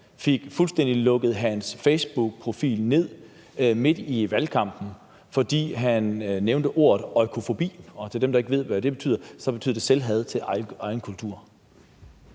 fuldstændig fik lukket sin facebookprofil ned midt i valgkampen, fordi han nævnte ordet oikofobi. Til dem, der ikke ved, hvad det betyder, betyder det selvhad til egen kultur.